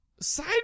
side